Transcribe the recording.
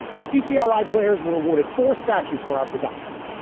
the ccri players were awarded four statues for our production.